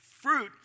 fruit